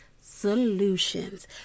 solutions